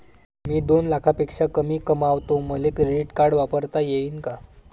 मी दोन लाखापेक्षा कमी कमावतो, मले क्रेडिट कार्ड वापरता येईन का?